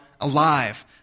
alive